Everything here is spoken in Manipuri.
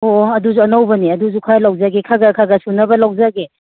ꯑꯣ ꯑꯗꯨꯁꯨ ꯑꯅꯧꯕꯅꯦ ꯑꯗꯨꯁꯨ ꯈꯔ ꯂꯧꯖꯒꯦ ꯈꯔ ꯈꯔ ꯁꯨꯅꯕ ꯂꯧꯖꯒꯦ